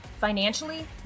financially